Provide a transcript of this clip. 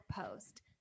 post